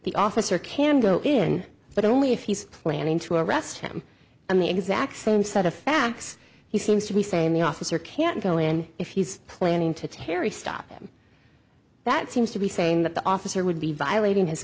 the officer can go in but only if he's planning to arrest him on the exact same set of facts he seems to be saying the officer can't go in if he's planning to terry stop him that seems to be saying that the officer would be violating his